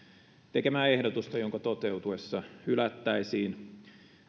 tekemää ehdotusta jonka toteutuessa hylättäisiin